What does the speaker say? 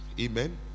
amen